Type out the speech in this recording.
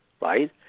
right